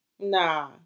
Nah